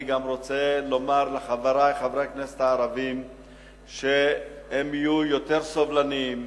אני גם רוצה לומר לחברי חברי הכנסת הערבים שהם יהיו יותר סובלניים,